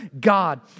God